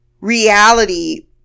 reality